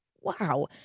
Wow